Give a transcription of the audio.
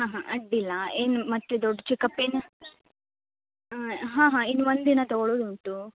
ಹಾಂ ಹಾಂ ಅಡ್ಡಿಲ್ಲ ಏನು ಮತ್ತೆ ದೊಡ್ಡ ಚಕಪ್ ಏನೂ ಹಾಂ ಹಾಂ ಇನ್ನು ಒಂದಿನ ತೊಗೊಳೋದು ಉಂಟು